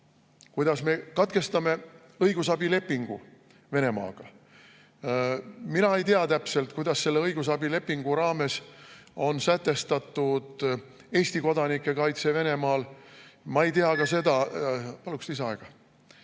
kuidas me katkestame õigusabilepingu Venemaaga. Mina ei tea täpselt, kuidas selle õigusabilepingu raames on sätestatud Eesti kodanike kaitse Venemaal. Mina ei tea ka seda …Palun lisaaega.